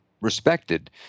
respected